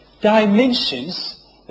dimensions